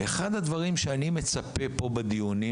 אחד הדברים שאני מצפה פה, בדיונים